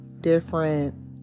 different